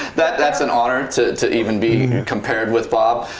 that's an honor to to even be compared with bob.